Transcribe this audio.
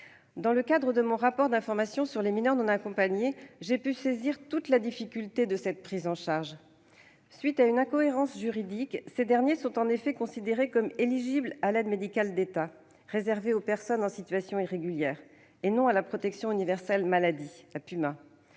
Dans le cadre de mon rapport d'information sur les mineurs non accompagnés, j'ai pu saisir toute la difficulté de cette prise en charge. Suite à une incohérence juridique, ces derniers sont en effet considérés comme éligibles à l'aide médicale de l'État, réservée aux personnes en situation irrégulière, et non à la protection universelle maladie (PUMa).